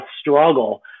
struggle